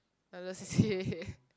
I love C_C_A